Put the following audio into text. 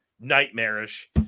nightmarish